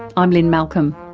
i'm lynne malcolm.